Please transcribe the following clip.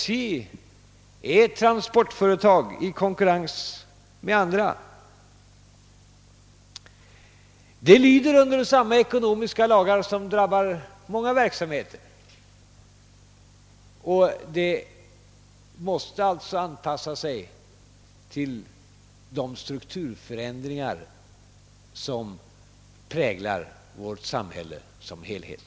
SJ är ett transportföretag i konkurrens med andra. Det lyder under samma ekonomiska lagar som gäller många verksamhetsområden och måste alltså anpassa sig till de strukturförändringar som präglar vårt samhälle som helhet.